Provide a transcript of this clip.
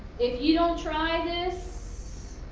if you don't try this,